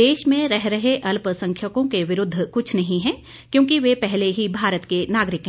देश में रह रहे अल्पसंख्यकों के विरूद्व कुछ नहीं है क्योंकि वे पहले ही भारत के नागरिक है